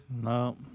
No